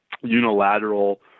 unilateral